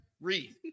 Read